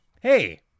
Hey